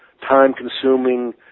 time-consuming